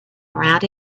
around